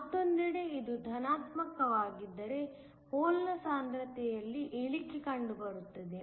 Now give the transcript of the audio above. ಮತ್ತೊಂದೆಡೆ ಇದು ಧನಾತ್ಮಕವಾಗಿದ್ದರೆ ಹೋಲ್ನ ಸಾಂದ್ರತೆಯಲ್ಲಿ ಇಳಿಕೆ ಕಂಡುಬರುತ್ತದೆ